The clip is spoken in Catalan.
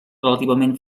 relativament